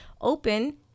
open